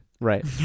Right